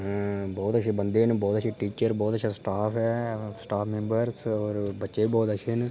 बहुत अच्छे बंदे न बहुत अच्छे टीचर बहुत अच्छा स्टाफ ऐ स्टाफ मेम्बर बच्चे बी बहुत अच्छे न